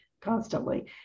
constantly